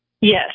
Yes